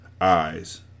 eyes